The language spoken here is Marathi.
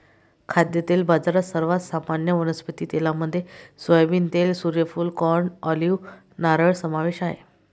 खाद्यतेल बाजारात, सर्वात सामान्य वनस्पती तेलांमध्ये सोयाबीन तेल, सूर्यफूल, कॉर्न, ऑलिव्ह, नारळ समावेश आहे